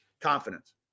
confidence